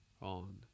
on